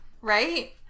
right